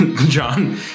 John